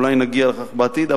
אולי נגיע לכך בעתיד.